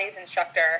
instructor